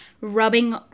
rubbing